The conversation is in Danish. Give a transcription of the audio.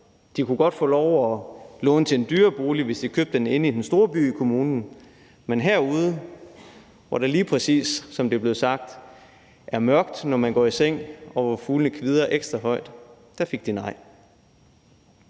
De kunne godt få lov at låne til en dyrere bolig, hvis de købte den inde i den store by i kommunen; men herude, hvor der lige præcis, som det blev sagt, er mørkt, når man går i seng, og hvor fuglene kvidrer ekstra højt, fik de nej.